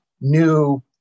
new